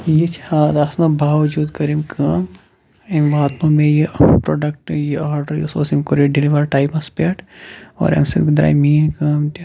یہِ چھِ حال آسنہٕ باوجوٗد کٔر أمۍ کٲم أمۍ واتنو مےٚ یہِ پروڈکٹ یہِ آرڈر یُس اوس أمۍ کوٚر یہِ ڈیٚلِور ٹایمس پٮ۪ٹھ اور أمہِ سۭتۍ دراے میٲنۍ کٲم تہِ